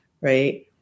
right